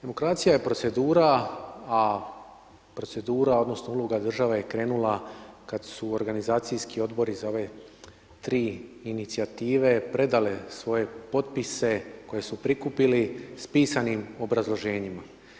Demokracija je procedura, a procedura odnosno uloga države je krenula kad su organizacijski odbori za ove tri inicijative predale svoje potpise koje su prikupili s pisanim obrazloženjima.